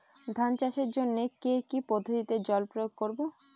ধান চাষের জন্যে কি কী পদ্ধতিতে জল প্রয়োগ করব?